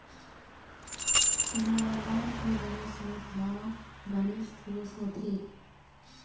nylon के बने सूत ह बनेच ठोस होथे